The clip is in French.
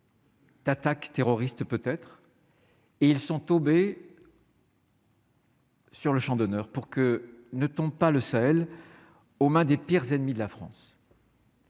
D'attaques terroristes, peut-être, et ils sont tombés. Sur le Champ d'honneur pour que ne tombe pas le Sahel aux mains des pires ennemis de la France.